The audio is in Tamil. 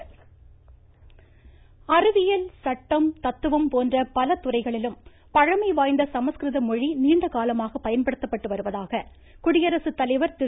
ராம்நாத் கோவிந்த் அறிவியல் சட்டம் தத்துவம் போன்ற பல துறைகளிலும் பழமை வாய்ந்த சமஸ்கிருத மொழி நீண்ட காலமாக பயன்படுத்தப்பட்டு வருவதாக குடியரசுத்தலைவா் திரு